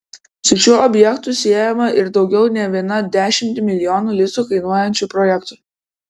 su šiuo objektu siejama ir daugiau ne vieną dešimtį milijonų litų kainuojančių projektų